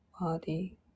body